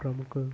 ప్రముఖ